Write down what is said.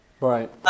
Right